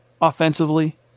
offensively